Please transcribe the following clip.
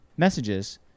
messages